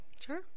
Sure